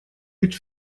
mit